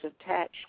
attached